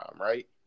right